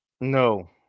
No